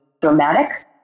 dramatic